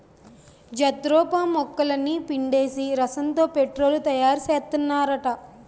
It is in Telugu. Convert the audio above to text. జత్రోపా మొక్కలని పిండేసి రసంతో పెట్రోలు తయారుసేత్తన్నారట